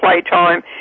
playtime